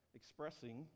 expressing